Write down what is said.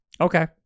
Okay